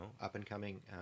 up-and-coming